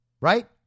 right